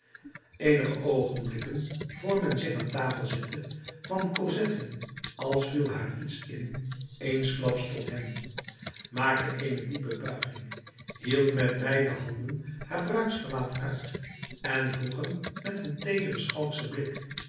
eenige oogenblikken vr men zich aan tafel zette kwam cosette als viel haar iets in eensklaps tot hem maakte eene diepe buiging hield met beide handen haar bruidsgewaad uit en vroeg hem met een teederen schalkschen blik